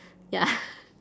ya